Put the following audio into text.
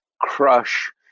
crush